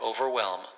overwhelm